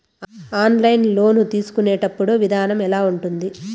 online loan తీసుకునేటప్పుడు విధానం ఎలా ఉంటుంది